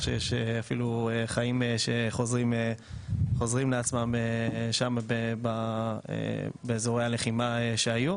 שיש חיים שחוזרים לעצמם שם באזורי הלחימה שהיו.